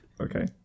Okay